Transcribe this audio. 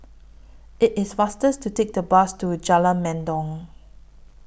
IT IS faster to Take The Bus to Jalan Mendong